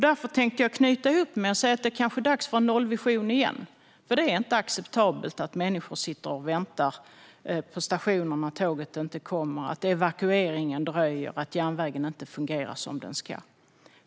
Därför tänkte jag knyta ihop detta med att säga att det kanske är dags för en nollvision igen. Det är inte acceptabelt att människor sitter och väntar på stationen när tåget inte kommer, att evakueringen dröjer och att järnvägen inte fungerar som den ska.